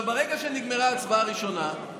ברגע שנגמרה ההצבעה הראשונה,